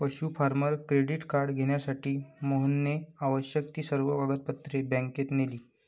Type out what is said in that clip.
पशु farmer credit card घेण्यासाठी मोहनने आवश्यक ती सर्व कागदपत्रे बँकेत नेली